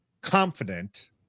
confident